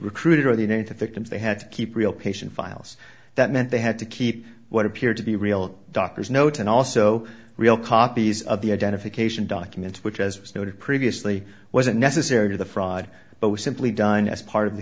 recruiter they need to think that they had to keep real patient files that meant they had to keep what appeared to be real doctor's notes and also real copies of the identification documents which as was noted previously wasn't necessary to the fraud but was simply done as part of the